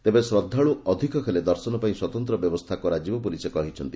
ତେବେ ଶ୍ରଦ୍ଧାଳୁ ଅଧିକ ହେଲେ ଦର୍ଶନ ପାଇଁ ସ୍ୱତନ୍ତ ବ୍ୟବସ୍କା କରାଯିବ ବୋଲି ସେ କହିଛନ୍ତି